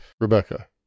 Rebecca